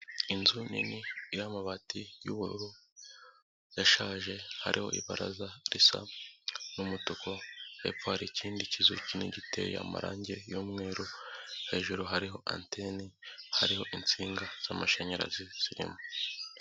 Inzu nini iriho amabati y'ubururu yashaje, hariho ibaraza risa n'umutuku, hepfo hari ikindi kizu kinini giteye amarangi y'umweru, hejuru hariho anteni hariho insinga z'amashanyarazi zirimo.